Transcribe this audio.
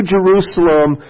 Jerusalem